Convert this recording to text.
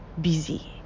busy